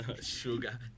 Sugar